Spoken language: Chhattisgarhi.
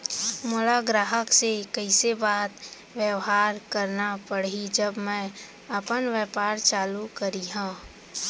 मोला ग्राहक से कइसे बात बेवहार करना पड़ही जब मैं अपन व्यापार चालू करिहा?